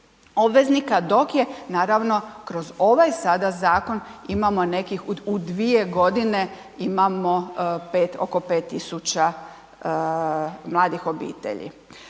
obveznika, dok je naravno kroz ovaj sada zakon imamo nekih u 2 godine imamo oko 5.000 mladih obitelji.